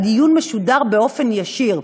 הדיון משודר בשידור ישיר.